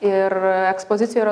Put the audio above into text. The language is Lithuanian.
ir ekspozicijoj yra